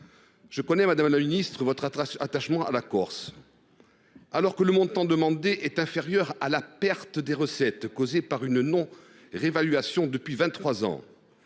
Je connais, madame la ministre, votre attachement à la Corse. Alors que le montant demandé est inférieur à la perte de recettes causée par la non réévaluation de la